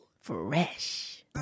fresh